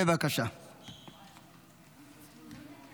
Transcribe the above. אינו נוכח,